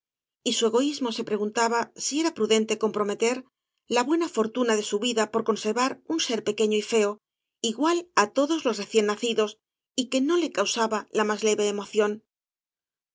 y su egoísmo se preguntaba si era cañas y barro prudente comprometer la buena fortuna de bu vida por conservar un ser pequeño y feo igual á todos loa recién nacidos y que no le causaba la más leve emoción